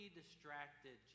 distracted